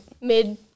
Mid